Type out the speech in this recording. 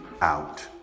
out